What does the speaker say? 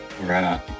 Right